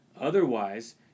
Otherwise